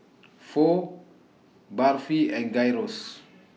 Pho Barfi and Gyros